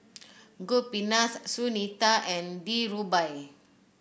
Gopinath Sunita and Dhirubhai